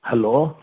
hello